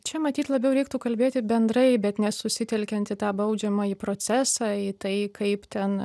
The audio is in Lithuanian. čia matyt labiau reiktų kalbėti bendrai bet nesusitelkiant į tą baudžiamąjį procesą į tai kaip ten